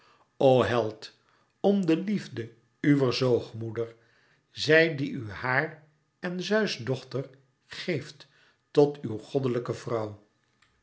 o held om de lièfde uwer zoogmoeder zij die u haàr en zeus dochter geeft tot uw goddelijke vrouw